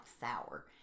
sour